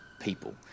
people